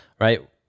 right